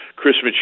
christmas